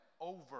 over